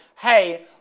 hey